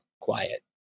quiet